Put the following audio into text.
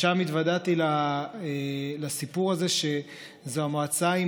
שם התוודעתי לסיפור הזה שזו המועצה עם